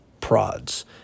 Prods